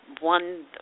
one